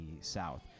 south